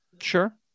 Sure